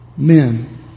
Men